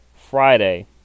Friday